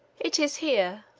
it is here,